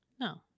No